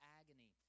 agony